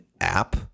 app